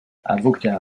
avocat